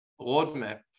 roadmap